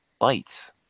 lights